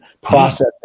process